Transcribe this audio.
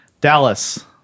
Dallas